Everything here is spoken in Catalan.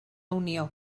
unió